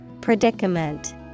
Predicament